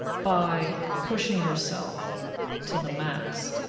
by pushing yourself to the max,